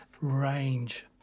range